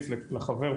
חבר הכנסת כץ,